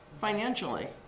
financially